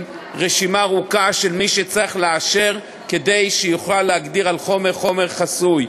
עם רשימה ארוכה של מי שצריך לאשר כדי להגדיר חומר כחסוי.